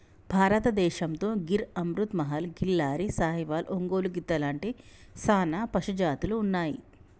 భారతదేసంతో గిర్ అమృత్ మహల్, కిల్లారి, సాహివాల్, ఒంగోలు గిత్త లాంటి సానా పశుజాతులు ఉన్నాయి